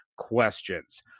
Questions